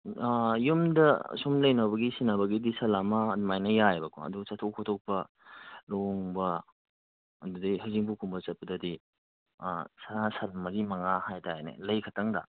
ꯌꯨꯝꯗ ꯁꯨꯝ ꯂꯩꯅꯕꯒꯤ ꯁꯤꯅꯕꯒꯤꯗꯤ ꯁꯟ ꯑꯃ ꯑꯗꯨꯃꯥꯏꯅ ꯌꯥꯏꯌꯦꯕꯀꯣ ꯑꯗꯨꯒ ꯆꯠꯊꯣꯛ ꯈꯣꯠꯇꯣꯛꯄ ꯂꯨꯍꯣꯡꯕ ꯑꯗꯨꯗꯒꯤ ꯍꯩꯖꯤꯡꯄꯣꯠꯀꯨꯝꯕ ꯆꯠꯄꯗꯗꯤ ꯁꯅꯥ ꯁꯟ ꯃꯔꯤ ꯃꯉꯥ ꯍꯥꯏ ꯇꯥꯔꯦꯅꯦ ꯂꯩꯈꯛꯇꯪꯗ